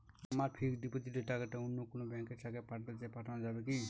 আমার ফিক্সট ডিপোজিটের টাকাটা অন্য কোন ব্যঙ্কের শাখায় পাঠাতে চাই পাঠানো যাবে কি?